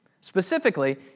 Specifically